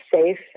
safe